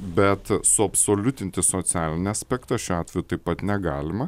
bet suabsoliutinti socialinio aspekto šiuo atveju taip pat negalima